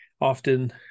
often